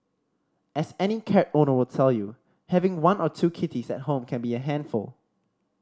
as any cat owner will tell you having one or two kitties at home can be a handful